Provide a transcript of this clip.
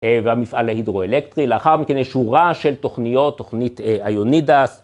והמפעל ההידרואלקטרי. לאחר מכן יש שורה של תוכניות, תוכנית Ionides